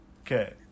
Okay